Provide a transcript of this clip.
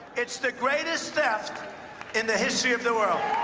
it's the greatest theft in the history of the world.